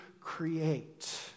create